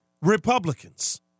Republicans